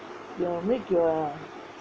will make your